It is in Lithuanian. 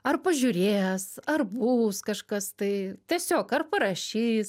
ar pažiūrės ar bus kažkas tai tiesiog ar parašys